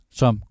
som